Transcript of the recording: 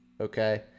okay